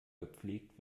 gepflegt